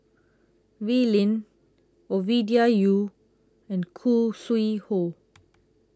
Wee Lin Ovidia Yu and Khoo Sui Hoe